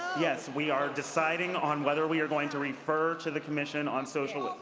yeah we are deciding on whether we are going to refer to the commission on social